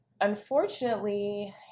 unfortunately